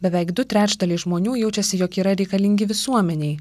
beveik du trečdaliai žmonių jaučiasi jog yra reikalingi visuomenei